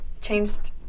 changed